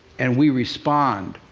and we respond.